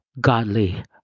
godly